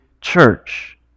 church